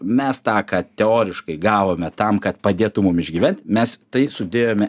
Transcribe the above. mes tą ką teoriškai gavome tam kad padėtų mum išgyvent mes tai sudėjome